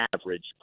average